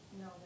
No